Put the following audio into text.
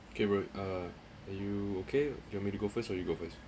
okay what uh are you okay you want me to go first or you go first